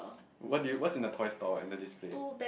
what did you what's in the toy store in the display